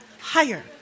higher